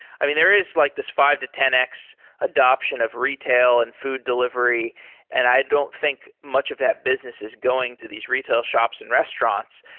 i mean, there is like this five to ten x adaption of retail and food delivery and i don't think much of that business is going to these retail shops and restaurants.